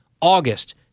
August